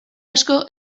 asko